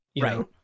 Right